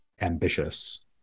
ambitious